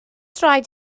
rhaid